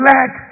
Let